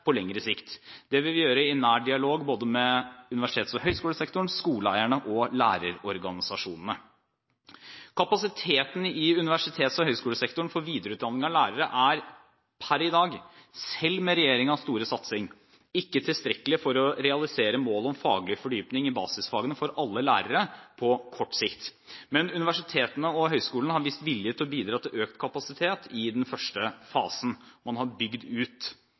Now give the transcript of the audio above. på lengre sikt. Det vil vi gjøre i nær dialog med både universitets- og høyskolesektoren, skoleeierne og lærerorganisasjonene. Kapasiteten i universitets- og høgskolesektoren for videreutdanning av lærere er per i dag – selv med regjeringens store satsing – ikke tilstrekkelig for å realisere målet om faglig fordypning i basisfagene for alle lærere på kort sikt, men universitetene og høgskolene har vist vilje til å bidra til økt kapasitet i den første fasen. Man har bygget ut